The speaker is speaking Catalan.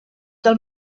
del